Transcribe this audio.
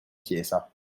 chiesa